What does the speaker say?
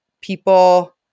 people